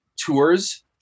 tours